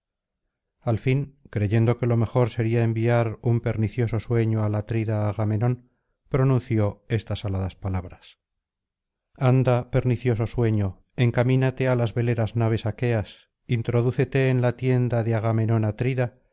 al fin creyendo que lo mejor sería enviar un pernicioso sueño al atrida agamenón pronunció estas aladas palabras anda pernicioso sueño encamínate á las veleras naves aqueas introdúcete en la tienda de agamenón atrida